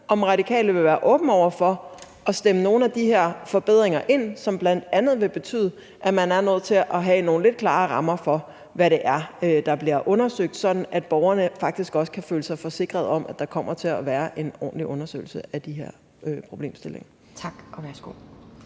om Radikale vil være åbne over for at stemme nogle af de her forbedringer ind i loven, som bl.a. vil betyde, at man er nødt til at have nogle lidt klarere rammer for, hvad det er, der bliver undersøgt, sådan at borgerne faktisk også kan føle sig forsikret om, at der kommer til at være en ordentlig undersøgelse af de her problemstillinger. Kl.